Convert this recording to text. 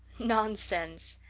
nonsense!